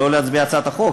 שלא להצביע על הצעת החוק,